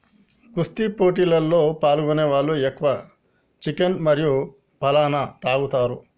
కుస్తీ పోటీలలో పాల్గొనే వాళ్ళు ఎక్కువ చికెన్ మరియు పాలన తాగుతారు